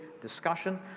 discussion